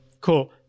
Cool